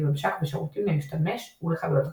ממשק ושירותים למשתמש ולחבילות התוכנה.